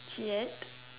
cheeat